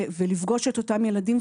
לפגוש את אותם ילדים,